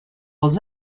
els